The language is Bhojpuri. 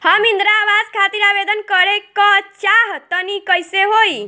हम इंद्रा आवास खातिर आवेदन करे क चाहऽ तनि कइसे होई?